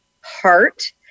heart